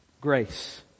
Grace